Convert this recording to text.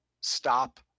stop